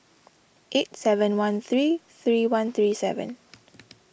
eight seven one three three one three seven